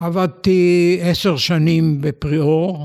עבדתי עשר שנים בפריאור